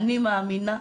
אני מאמינה,